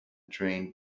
drained